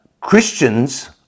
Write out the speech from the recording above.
Christians